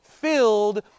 Filled